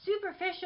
superficial